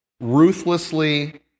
ruthlessly